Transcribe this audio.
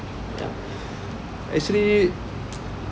ya actually